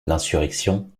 l’insurrection